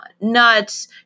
nuts